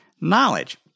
knowledge